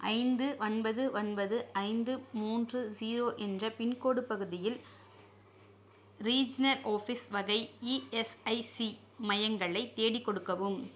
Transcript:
ஐந்து ஒன்பது ஒன்பது ஐந்து மூன்று ஜீரோ என்ற பின்கோடு பகுதியில் ரீஜினல் ஆஃபீஸ் வகை இஎஸ்ஐசி மையங்களைத் தேடிக் கொடுக்கவும்